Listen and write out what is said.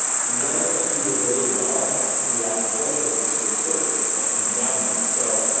one of the things you did really well throughout the book was these free tools and the download. so,